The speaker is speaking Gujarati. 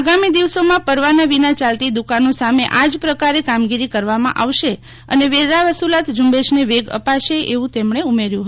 આગામી દિવસોમાં પરવાના વિના ચાલતી દુકાનો સામે આ જ પ્રકારે કામગીરી કરવામાં આવશે અને વેરા વસૂલાત ઝુંબેશને વેગ અપાશે એવું તેમણે ઉમેર્યું હતું